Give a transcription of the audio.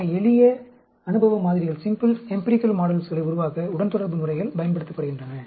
எனவே எளிய அனுபவ மாதிரிகளை உருவாக்க உடன்தொடர்பு முறைகள் பயன்படுத்தப்படுகின்றன